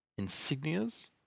insignias